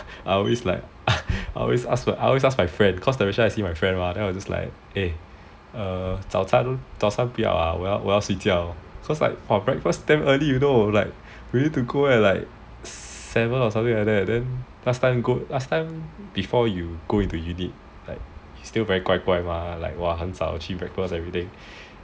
I always like ask my friend cause I always see the ration then I always ask my friend eh 早餐早餐不要啊我要睡觉 cause like breakfast damn early you know you need to go and like seven or something like that then last time before you go into unit you still very 乖乖 mah like 哇很早去 breakfast everything